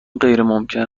غیرممکن